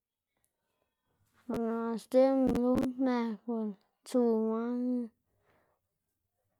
par naꞌ sdzeꞌbná lo mëg o tsuw man.